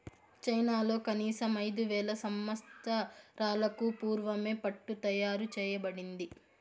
చైనాలో కనీసం ఐదు వేల సంవత్సరాలకు పూర్వమే పట్టు తయారు చేయబడింది